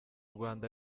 rwanda